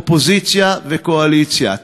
אופוזיציה וקואליציה,